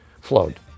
flowed